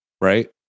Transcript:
right